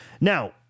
Now